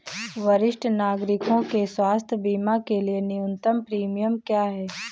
वरिष्ठ नागरिकों के स्वास्थ्य बीमा के लिए न्यूनतम प्रीमियम क्या है?